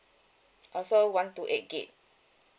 also one two eight gig